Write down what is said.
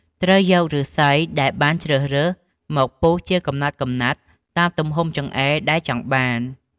ត្រូវយកឫស្សីដែលបានជ្រើសរើសមកពុះជាកំណាត់ៗតាមទំហំចង្អេរដែលចង់បាន។